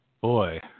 boy